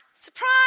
Surprise